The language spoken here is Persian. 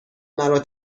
مرا